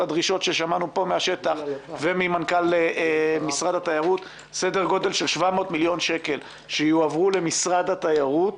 הדרישות ששמענו פה מהשטח וממנכ"ל משרד התיירות שיועברו למשרד התיירות,